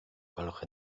gwelwch